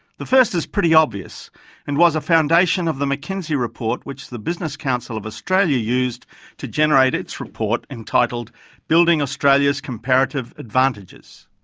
the first is pretty obvious and was a foundation of the mckinsey report which the business council of australia used to generate it's report entitled building australia's comparative advantages.